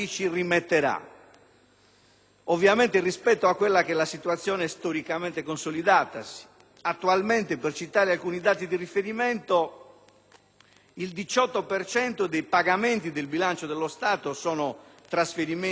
ovviamente rispetto alla situazione storicamente consolidatasi. Attualmente - per citare alcuni dati di riferimento - il 18 per cento dei pagamenti del bilancio dello Stato sono trasferimenti al sistema locale